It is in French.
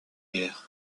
guerre